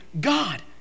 God